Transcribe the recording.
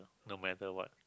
no matter what